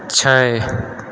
छै